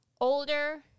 older